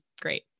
great